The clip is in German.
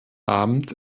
abend